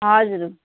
हजुर